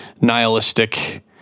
nihilistic